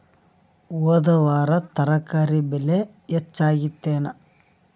ಹೊದ ವಾರ ತರಕಾರಿ ಬೆಲೆ ಹೆಚ್ಚಾಗಿತ್ತೇನ?